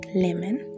lemon